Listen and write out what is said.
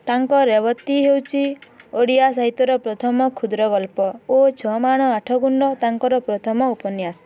ତାଙ୍କ ରେବତୀ ହେଉଛି ଓଡ଼ିଆ ସାହିତ୍ୟର ପ୍ରଥମ କ୍ଷୁଦ୍ର ଗଳ୍ପ ଓ ଛ ମାଣ ଆଠ ଗୁଣ୍ଠ ତାଙ୍କର ପ୍ରଥମ ଉପନ୍ୟାସ